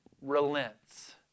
relents